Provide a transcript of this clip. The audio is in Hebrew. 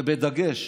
ובדגש